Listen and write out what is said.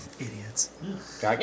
idiots